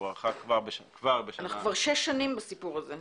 והוארכה כבר בשנה --- אנחנו כבר שש שנים בסיפור הזה,